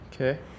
Okay